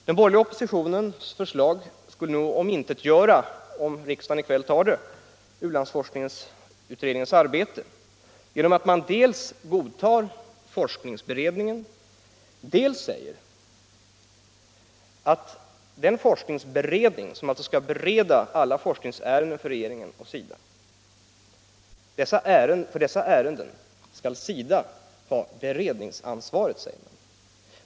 Den borgerliga oppositionens förslag — om det tas här i kväll — skulle nog omintetgöra u-landsforskningsutredningens arbete, genom att man dels godtar forskningsberedningen, dels säger att SIDA skall ha ansvaret för den forskningsberedning som alltså skall bereda alla forskningsärenden åt regeringen och SIDA.